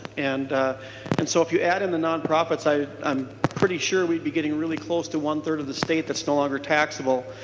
and and so if you add in the nonprofits i am pretty sure we'll be getting close to one third of the state that's no longer taxable.